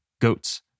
goats